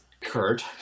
Kurt